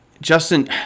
Justin